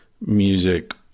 music